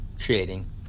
creating